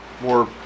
more